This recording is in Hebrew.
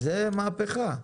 זו מהפכה.